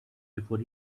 before